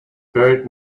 buried